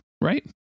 right